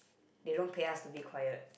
they don't pay us to be quiet